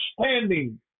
understanding